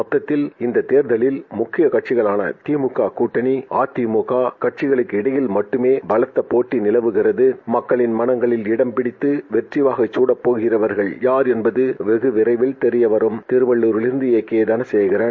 மொத்தத்தில் இந்த தேர்தலில் முக்கிய கட்சியான திமுக கட்டனி அஇஅதிமுக கட்சிகளுக்கு மட்டுமே பலத்த போட்டி நிலவுகிறது மக்களின் மனதில் இடம்பிடித்து வெற்றி வாகை சூடப்போகிறவர் யார் என்பது விரைவில் தெரியவரும் திருவள்ளரிலிருந்து தனசேகரன்